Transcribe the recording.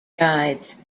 guides